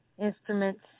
instruments